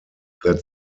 that